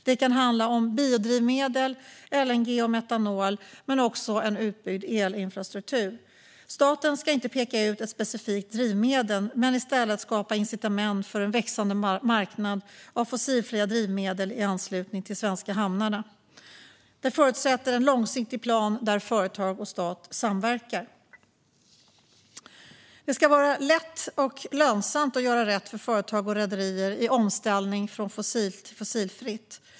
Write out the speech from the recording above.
Det kan handla om biodrivmedel, LNG och metanol men också om utbyggd elinfrastruktur. Staten ska inte peka ut ett specifikt drivmedel utan i stället skapa incitament för en växande marknad av fossilfria drivmedel i anslutning till de svenska hamnarna. Detta förutsätter en långsiktig plan där företag och stat samverkar. Det ska vara lätt och lönsamt att göra rätt för företag och rederier i omställningen från fossilt till fossilfritt.